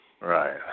Right